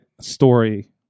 story